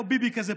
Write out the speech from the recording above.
כמו ביבי כזה,